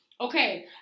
Okay